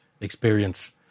experience